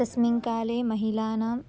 तस्मिन् काले महिलानां